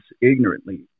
ignorantly